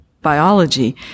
biology